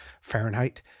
Fahrenheit